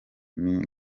mini